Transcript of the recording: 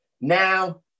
Now